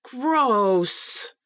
gross